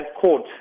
court